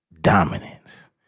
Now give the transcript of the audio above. dominance